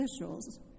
officials